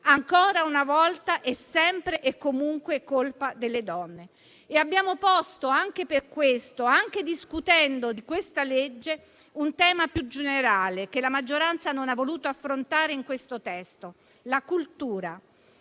Ancora una volta è sempre e comunque colpa delle donne. Abbiamo posto anche per questo, anche discutendo di questo provvedimento, un tema più generale che la maggioranza non ha voluto affrontare in questo testo. La cultura,